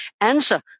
answer